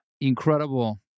incredible